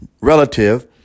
relative